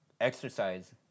exercise